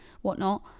whatnot